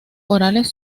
orales